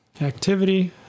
Activity